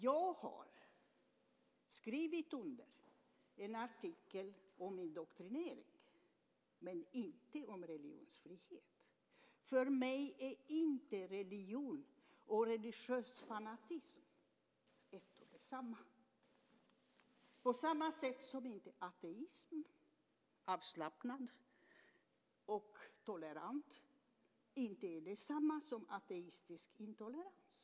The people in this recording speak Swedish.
Jag har skrivit under en artikel om indoktrinering, inte om religionsfrihet. För mig är religion och religiös fanatism inte ett och detsamma på samma sätt som ateism - avslappnad och tolerant - inte är detsamma som ateistisk intolerans.